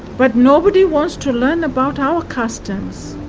but nobody wants to learn about our customs.